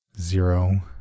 Zero